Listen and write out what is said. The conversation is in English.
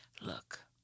look